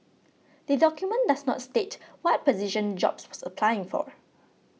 the document but does not state what position Jobs was applying for